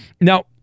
Now